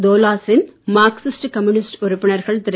தோலா சென் Marxist Communist உறுப்பினர்கள் திரு